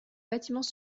bâtiments